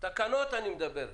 על תקנות אני מדבר.